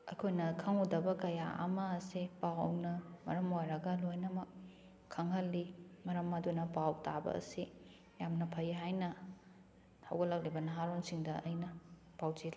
ꯑꯩꯈꯣꯏꯅ ꯈꯪꯂꯨꯗꯕ ꯀꯌꯥ ꯑꯃꯁꯦ ꯄꯥꯎꯅ ꯃꯔꯝ ꯑꯣꯏꯔꯒ ꯂꯣꯏꯅꯃꯛ ꯈꯪꯍꯜꯂꯤ ꯃꯔꯝ ꯑꯗꯨꯅ ꯄꯥꯎ ꯇꯥꯕ ꯑꯁꯤ ꯌꯥꯝꯅ ꯐꯩ ꯍꯥꯏꯅ ꯍꯧꯒꯠꯂꯛꯂꯤꯕ ꯅꯍꯥꯔꯣꯟꯁꯤꯡꯗ ꯑꯩꯅ ꯄꯥꯎꯖꯦꯜꯂꯤ